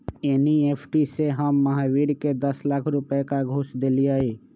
NEFT से हम महावीर के दस लाख रुपए का घुस देलीअई